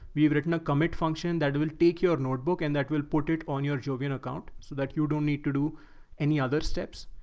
we've written a commit function that will take your notebook, and that will put it on your jovian account so that you don't need to do any other steps.